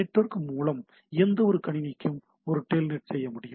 network மூலம் எந்தவொரு கணினிக்கும் நான் ஒரு டெல்நெட் செய்ய முடியும்